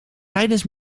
tijdens